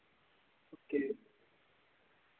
okay